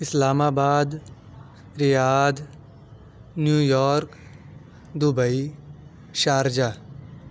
اسلام آباد Riyadh New York Dubai Sharjah